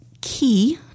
key